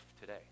today